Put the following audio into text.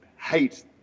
Hate